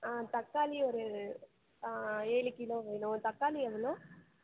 ஆ தக்காளி ஒரு ஏழு கிலோ வேணும் தக்காளி எவ்வளோ